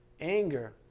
Anger